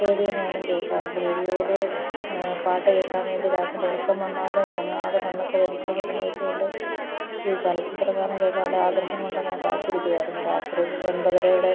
radio ഞാനും കേൾക്കാറുണ്ട് റേഡിയോയിലെ പാട്ട് കേൾക്കാൻ വേണ്ടി രാത്രി ഉറക്കം വന്നാലും ഉറങ്ങാതെ കണ്ണൊക്കെ വലിച്ചു തുറന്നു വെച്ചു കൊണ്ട് ഈ ചലച്ചിത്ര ഗാനം കേൾക്കാനുള്ള ആഗ്രഹം കൊണ്ടങ്ങനെ കാത്തിരിക്കുമായിരുന്നു രാത്രി ഒൻപതരയുടെ